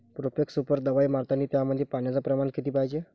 Profex super दवाई मारतानी त्यामंदी पान्याचं प्रमाण किती पायजे?